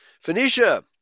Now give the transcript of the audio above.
Phoenicia